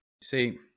See